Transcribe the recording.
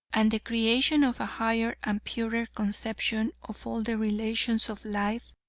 and the creation of a higher and purer conception of all the relations of life.